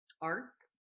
arts